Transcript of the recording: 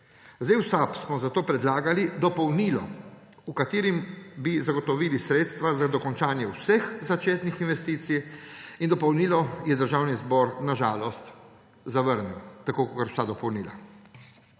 V SAB smo zato predlagali dopolnilo, v katerem bi zagotovili sredstva za dokončanje vseh začetih investicij in dopolnilo je Državni zbor na žalost zavrnil. Tako kakor vsa dopolnila.